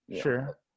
Sure